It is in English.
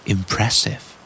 Impressive